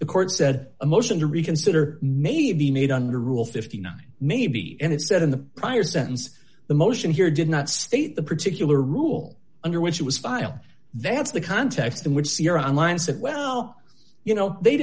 the court said a motion to reconsider may be made under rule fifty nine maybe and it said in the prior sentence the motion here did not state the particular rule under which it was file that's the context in which the on line said well you know they